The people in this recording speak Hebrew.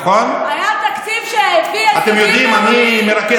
היה תקציב המשכי, ואתה יודע את זה.